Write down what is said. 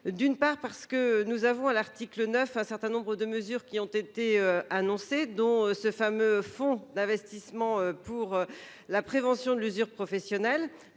!- sont prévus. En effet, à l'article 9, un certain nombre de mesures ont été annoncées, dont le fameux fonds d'investissement pour la prévention de l'usure professionnelle.